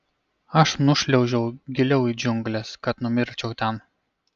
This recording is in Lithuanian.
aš nušliaužiau giliau į džiungles kad numirčiau ten